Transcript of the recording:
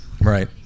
Right